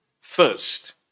first